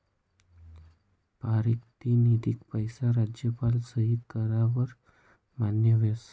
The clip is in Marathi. पारतिनिधिक पैसा राज्यपालना सही कराव वर मान्य व्हस